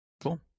Cool